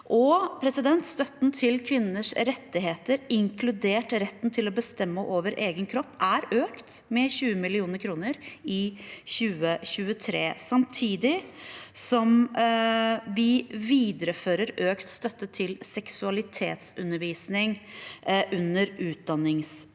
eller delmål. Støtten til kvinners rettigheter, inkludert retten til å bestemme over egen kropp, er økt med 20 mill. kr i 2023, samtidig som vi viderefører økt støtte til seksualitetsundervisning under utdanningsposten.